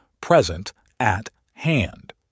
present-at-hand